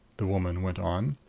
the woman went on,